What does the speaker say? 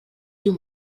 diu